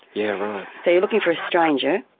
yeah, right. so you're looking for a stranger,